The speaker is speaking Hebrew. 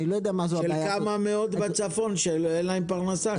של כמה מאות בצפון שאין להם פרנסה.